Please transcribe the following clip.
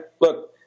look